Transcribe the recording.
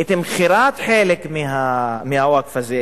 את מכירת חלק מהווקף הזה,